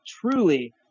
truly